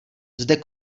zde